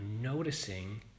noticing